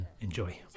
Enjoy